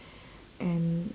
and